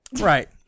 right